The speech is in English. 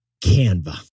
Canva